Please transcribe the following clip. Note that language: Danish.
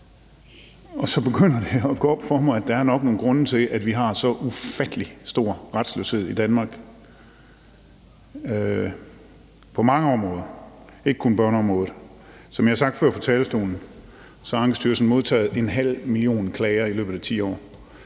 og så begynder det at gå op for mig, at der nok er nogle grunde til, vi har så ufattelig stor retsløshed i Danmark på mange områder, ikke kun børneområdet. Som jeg har sagt det før fra talerstolen, har Ankestyrelsen modtaget en halv million klager i løbet af 10 år